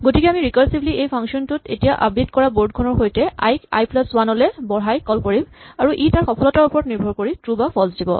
গতিকে আমি ৰিকাৰছিভলী এই ফাংচনটোক এতিয়া আপডেট কৰা বৰ্ড খনৰ সৈতে i k i plus one লে বঢ়াই কল কৰিম আৰু ই তাৰ সফলতাৰ ওপৰত নিৰ্ভৰ কৰি ট্ৰো বা ফল্চ দিব